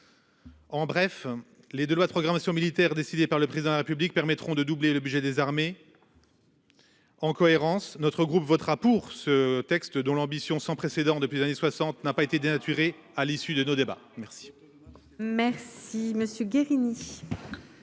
En bref, les 2 lois de programmation militaire, décidée par le président de la République permettront de doubler le budget des armées. En cohérence notre groupe votera pour ce texte, dont l'ambition sans précédent depuis des années 60 n'a pas été dénaturé. À l'issue de nos débats. Merci.